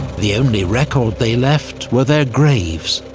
the only record they left were their graves.